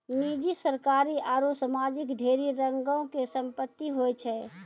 निजी, सरकारी आरु समाजिक ढेरी रंगो के संपत्ति होय छै